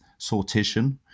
sortition